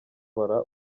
babara